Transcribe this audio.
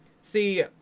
see